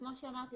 וכמו שאמרתי,